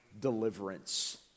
deliverance